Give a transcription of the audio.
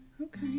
Okay